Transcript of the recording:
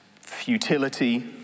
futility